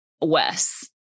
Wes